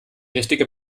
richtige